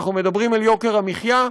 אנחנו מדברים על יוקר המחיה,